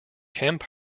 kemp